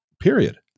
period